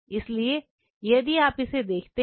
इसलिए यदि आप इसे देखते हैं